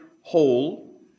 whole